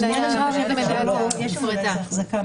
יש מניית זהב.